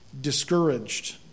discouraged